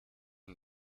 and